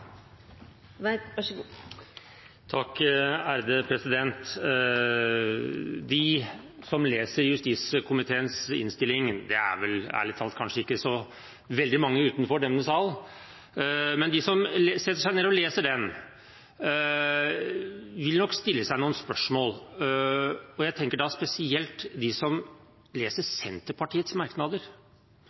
vel ærlig talt kanskje ikke så veldig mange utenfor denne sal – vil nok stille seg noen spørsmål, og jeg tenker da spesielt på dem som leser Senterpartiets merknader.